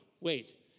wait